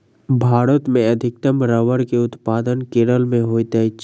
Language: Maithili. भारत मे अधिकतम रबड़ के उत्पादन केरल मे होइत अछि